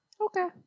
Okay